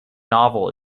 novel